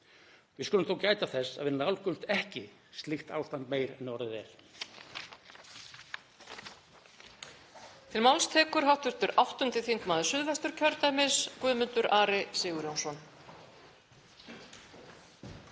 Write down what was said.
Við skulum þó gæta þess að við nálgumst ekki slíkt ástand meira en orðið er.